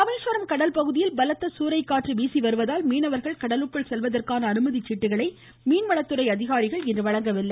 ராமேஸ்வரம் ராமேஸ்வரம் கடல்பகுதியில் பலத்த சூரைக்காற்று வீசிவருவதால் மீனவர்கள் கடலுக்குள் செல்வதற்கான அனுமதிச்சீட்டுகளை மீன்வளத்துறை அதிகாரிகள் இன்று வழங்கவில்லை